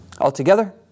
Altogether